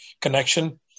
connection